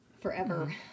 forever